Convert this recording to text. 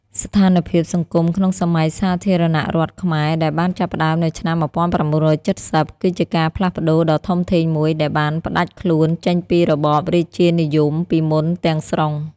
ស្ថានភាពសង្គមក្នុងសម័យសាធារណរដ្ឋខ្មែរដែលបានចាប់ផ្តើមនៅឆ្នាំ ១៩៧០ គឺជាការផ្លាស់ប្តូរដ៏ធំធេងមួយដែលបានផ្តាច់ខ្លួនចេញពីរបបរាជានិយមពីមុនទាំងស្រុង។